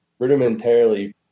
rudimentarily